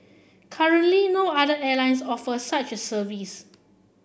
currently no other airlines offer such a service